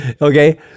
Okay